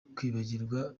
kwibagirwa